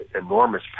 enormous